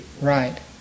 Right